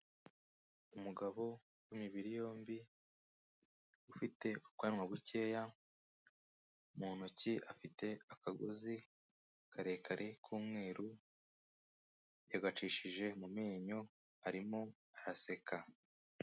Umugabo w'imibiri yombi, ufite ubwanwa bukeya, mu ntoki afite akagozi karekare k'umweru, yagacishije mu menyo, arimo araseka.